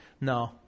No